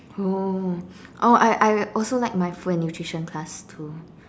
oh oh I I also like my food and nutrition class too